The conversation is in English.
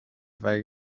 they